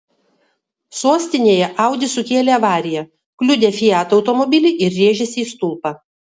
sostinėje audi sukėlė avariją kliudė fiat automobilį ir rėžėsi į stulpą